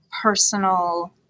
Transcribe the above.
personal